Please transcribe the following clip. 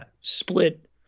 split